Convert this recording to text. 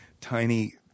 tiny